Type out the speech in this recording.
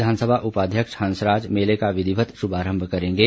विधानसभा उपाध्यक्ष हंसराज मेले का विधिवत शुभारंभ करेंगे